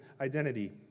identity